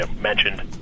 mentioned